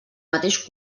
mateix